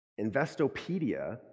Investopedia